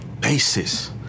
basis